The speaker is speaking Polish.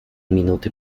minuty